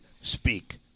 speak